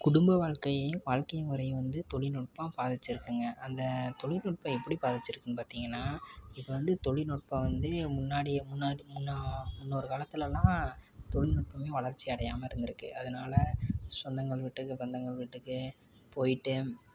குடும்ப வாழ்க்கையையும் வாழ்க்கை முறையும் வந்து தொழில்நுட்பம் பாதிச்சுருக்குங்க அந்த தொழில்நுட்பம் எப்படி பாதிச்சுருக்குன்னு பார்த்திங்கன்னா இப்போ வந்து தொழில்நுட்பம் வந்து முன்னாடி முன்னாடி முன்னால் முன்னொரு காலத்தில்லாம் தொழில்நுட்பமே வளர்ச்சி அடையாமல் இருந்துருக்கு அதனால சொந்தங்கள் வீட்டுக்கு பந்தங்கள் வீட்டுக்கு போயிவிட்டு